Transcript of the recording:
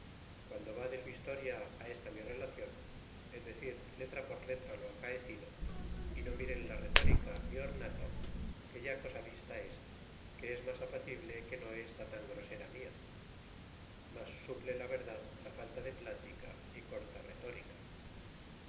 guando va de su historia esta mi relacion en decir letra por letra lo acaecido y no miren la retórica ni ornato que ya cosa vista es que es mas apacible que no está tan grosera mia mas suple la verdad la falta de plática y corta retórica